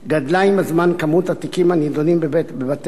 גדלה עם הזמן כמות התיקים הנדונים בבתי-המשפט